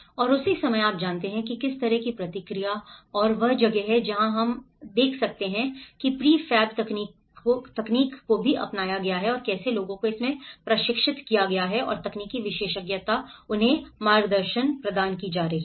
और उसी समय आप जानते हैं कि किस तरह की प्रतिक्रिया है और यह वह जगह है जहां हम देख सकते हैं प्रीफैब तकनीक को भी अपनाया गया है और कैसे लोगों को इसमें प्रशिक्षित किया गया है और तकनीकी विशेषज्ञता उन्हें मार्गदर्शन दे रही है